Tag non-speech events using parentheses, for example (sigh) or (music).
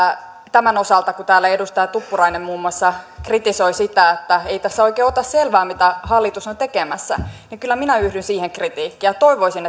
tämän osalta kun täällä edustaja tuppurainen muun muassa kritisoi sitä että ei tässä oikein ota selvää mitä hallitus on tekemässä niin kyllä minä yhdyn siihen kritiikkiin ja toivoisin (unintelligible)